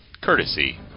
courtesy